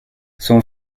son